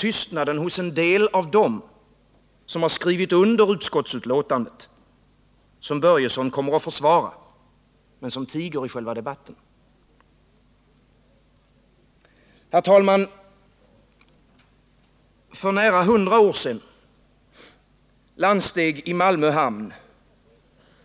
Tystnaden hos en del av dem som skrivit under utskottsbetänkandet, som herr Börjesson kommer att försvara, men som tiger i själva debatten. Herr talman! För nära hundra år sedan landsteg i Malmö hamn